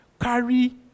Carry